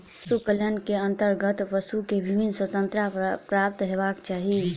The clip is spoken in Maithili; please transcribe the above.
पशु कल्याण के अंतर्गत पशु के विभिन्न स्वतंत्रता प्राप्त हेबाक चाही